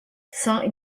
saint